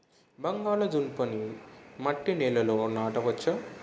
బంగాళదుంప నీ మట్టి నేలల్లో నాట వచ్చా?